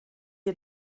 ihr